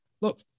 Look